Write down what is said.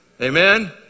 Amen